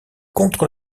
contre